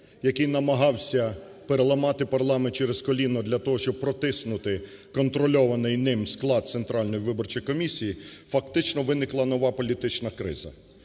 який намагався переламати парламент через коліно, для того щоб протиснути контрольований ним склад Центральної виборчої комісії, фактично виникла нова політична криза.